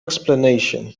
explanation